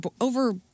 over